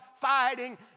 fighting